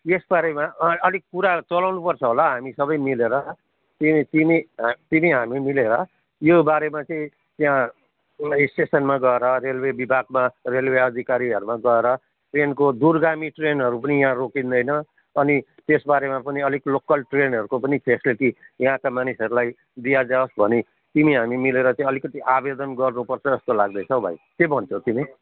यसबारेमा अलिक कुरा चलाउनुपर्छ होलाउ हामी सबै मिलेर तिमी तिमी हा तिमी हामी मिलेर योबारेमा चाहिँ यहाँ एउटा स्टेसनमा गएर रेलवे विभागमा रेलवे अधिकारीहरूमा गएर ट्रेनको दूरगामी ट्रेनहरू पनि यहाँ रोकिँदैन अनि त्यसबारेमा पनि अलिक लोकल ट्रेनहरूको पनि फेसिलिटी यहाँका मानिसहरूलाई दियाजाओस् भनी तिमी हामी मिलेर चाहिँ अलिकति आवेदन गर्नुपर्छ जस्तो लाग्दैछ हौ भाइ के भन्छौ तिमी